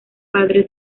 padre